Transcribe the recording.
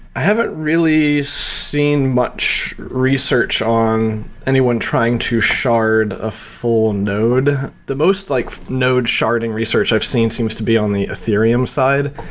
i haven't really seen much research on anyone trying to shard a full node. the most like node sharding research i've seen seems to be on the ethereum side.